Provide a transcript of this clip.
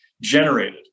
generated